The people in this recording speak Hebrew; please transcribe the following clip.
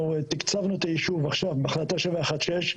אנחנו תקצבנו את היישוב עכשיו בהחלטה 716,